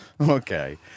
Okay